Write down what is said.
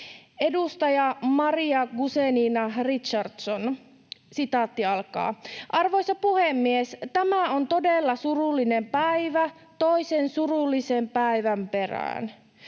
Edustaja Maria Guzenina-Richardson: ”Arvoisa puhemies! Tämä on todella surullinen päivä toisen surullisen päivän perään.